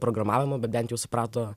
programavimo bet bent jau suprato